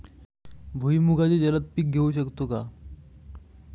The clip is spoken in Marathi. भुईमुगाचे जलद पीक घेऊ शकतो का?